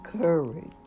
courage